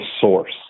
source